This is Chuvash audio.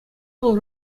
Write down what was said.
вӑл